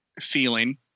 feeling